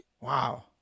Wow